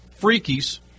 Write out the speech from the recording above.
Freakies